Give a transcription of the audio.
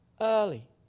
early